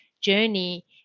journey